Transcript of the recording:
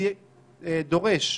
אני דורש,